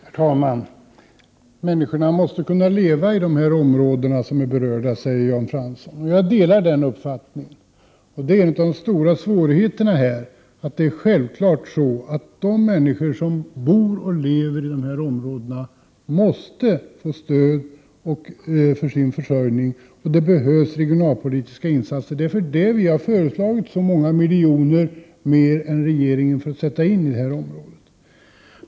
Herr talman! Människorna måste kunna leva i de områden som här är berörda, sade Jan Fransson. Jag delar den uppfattningen. Det är en av de stora svårigheterna här: Självfallet måste de människor som bor och lever i de här områdena få stöd för sin försörjning. Det behövs regionalpolitiska insatser. Det är därför vi har föreslagit så många miljoner mer än regeringen för att sätta in i det området.